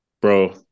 Bro